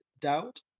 doubt